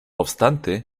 obstante